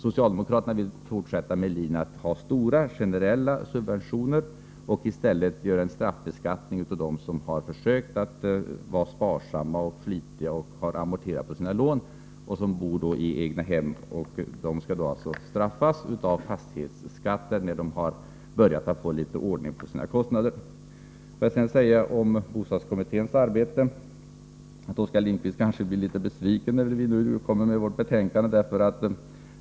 Socialdemokraterna vill fortsätta med stora generella subventioner och i stället införa en straffbeskattning av dem som har försökt att vara sparsamma och flitiga och har amorterat på sina lån. De människor som bor i egnahem skall straffas av fastighetsskatten när de har börjat få litet ordning på sina kostnader. Vad gäller bostadskommitténs arbete kanske Oskar Lindkvist blir litet besviken över vårt betänkande.